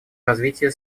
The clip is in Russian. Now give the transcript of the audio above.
развития